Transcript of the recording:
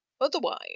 otherwise